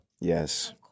Yes